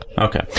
Okay